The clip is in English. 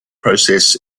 process